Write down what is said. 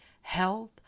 health